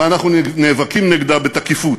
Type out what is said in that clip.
ואנחנו נאבקים נגדה בתקיפות.